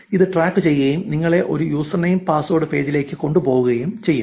ഇത് ട്രാക്കുചെയ്യുകയും നിങ്ങളെ ഒരു യൂസർ നെയിം പാസ്വേഡ് പേജിലേക്കു കൊണ്ടുപോകുകയും ചെയ്യും